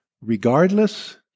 regardless